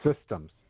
systems